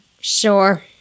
Sure